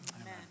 Amen